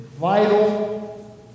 vital